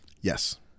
Yes